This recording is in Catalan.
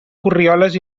corrioles